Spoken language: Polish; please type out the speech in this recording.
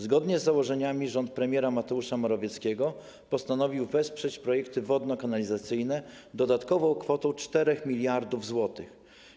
Zgodnie z założeniami rząd premiera Mateusza Morawieckiego postanowił wesprzeć projekty wodno-kanalizacyjne dodatkową kwotą 4 mld zł.